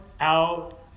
out